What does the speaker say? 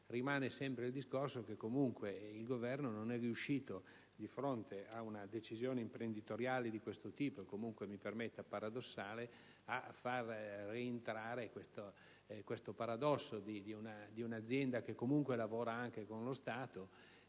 rimane sempre il fatto che comunque il Governo non è riuscito, di fronte ad una decisione imprenditoriale di questo tipo (mi permetta di dire paradossale), a far rientrare il paradosso di un'azienda che comunque lavora anche con lo Stato,